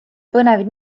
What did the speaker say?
põnev